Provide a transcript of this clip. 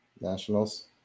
Nationals